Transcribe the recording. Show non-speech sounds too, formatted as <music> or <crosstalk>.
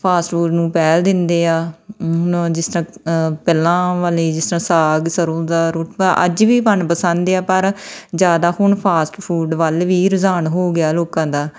fast food ਨੂੰ ਪਹਿਲ ਦਿੰਦੇ ਆ ਜਿਸ ਤਰ੍ਹਾਂ ਪਹਿਲਾਂ ਵਾਲੀ ਜਿਸ ਤਰ੍ਹਾਂ ਸਾਗ ਸਰੋਂ ਦਾ <unintelligible> ਅੱਜ ਵੀ ਮਨ ਪਸੰਦ ਆ ਪਰ ਜ਼ਿਆਦਾ ਹੁਣ ਫਾਸਟ ਫੂਡ ਵੱਲ ਵੀ ਰੁਝਾਨ ਹੋ ਗਿਆ ਲੋਕਾਂ ਦਾ